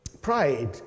Pride